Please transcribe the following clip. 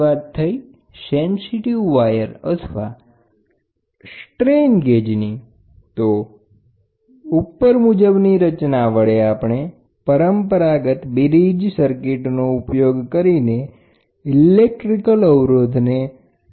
વાયરને ફ્રેમની સાથે જોડેલ હોય છે નહિતર તે છેડો મુક્ત લટકતો બની જશે બરાબર અને ફ્રેમ અને ફરતા આર્મેચરમાં લોકેટ કરેલ હોય છે કે જે શરૂઆત માં તાણ સાથે માઉન્ટ કરેલ હોય છે જેના વડે જ પરંપરાગત બ્રીજ સર્કિટના એક્ટીવ લેગ્સની રચના કરે છે